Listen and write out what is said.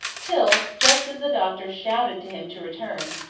till, just as the doctor shouted to him to return,